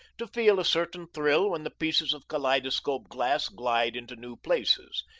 to feel a certain thrill when the pieces of kaleidoscope glass slide into new places.